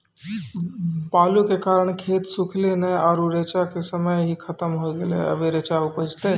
बालू के कारण खेत सुखले नेय आरु रेचा के समय ही खत्म होय गेलै, अबे रेचा उपजते?